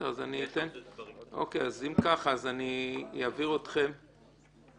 אם כך, אני אעביר אתכם